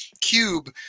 cube